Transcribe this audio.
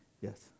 Yes